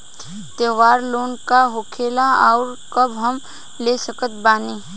त्योहार लोन का होखेला आउर कब हम ले सकत बानी?